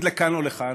לכאן או לכאן,